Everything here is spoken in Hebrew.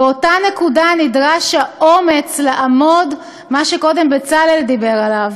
באותה נקודה נדרש האומץ לעמוד מה שקודם בצלאל דיבר עליו,